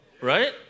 right